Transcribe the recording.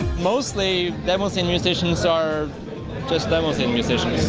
mostly demoscene musicians are just demoscene musicians.